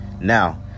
now